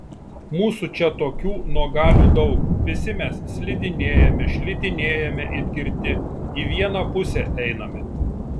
mūsų čia tokių nuogalių daug visi mes slidinėjame šlitinėjame it girti į vieną pusę einame